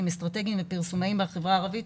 עם אסטרטגים ופרסומאים בחברה הערבית,